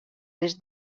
les